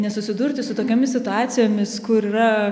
nesusidurti su tokiomis situacijomis kur yra